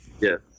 Yes